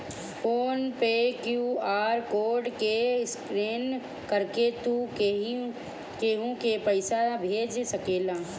phone पे QR code के scan करके तू केहू के पईसा भेज सकेला